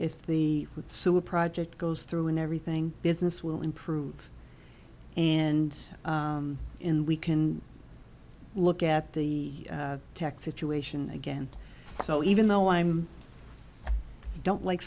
if the sewer project goes through and everything business will improve and in we can look at the tech situation again so even though i'm don't like